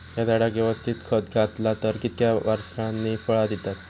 हया झाडाक यवस्तित खत घातला तर कितक्या वरसांनी फळा दीताला?